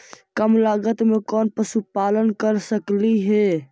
कम लागत में कौन पशुपालन कर सकली हे?